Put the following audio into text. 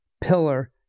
pillar